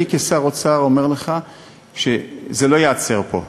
אני כשר האוצר אומר לך שזה לא ייעצר פה.